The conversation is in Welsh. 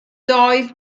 doedd